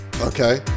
Okay